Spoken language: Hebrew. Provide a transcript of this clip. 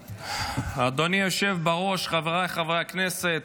אדוני היושב בראש, חבריי חברי הכנסת,